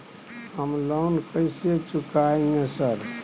हम लोन कैसे चुकाएंगे सर?